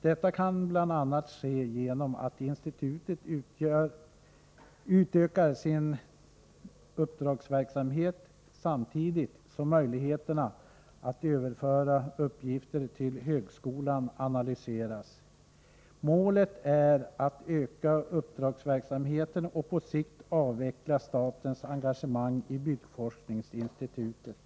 Detta kan bl.a. ske genom att institutet utökar sin uppdragsverksamhet, samtidigt som möjligheterna att överföra uppgifter till högskolorna analyseras. Målet är att öka uppdragsverksamheten och på sikt avveckla statens engagemang i byggforskningsinstitutet.